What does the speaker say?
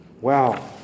wow